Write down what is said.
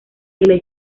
iglesia